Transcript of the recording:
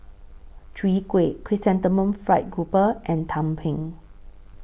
Chwee Kueh Chrysanthemum Fried Grouper and Tumpeng